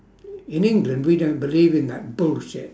in england we don't believe in that bullshit